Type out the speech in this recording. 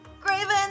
Graven